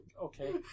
Okay